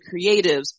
creatives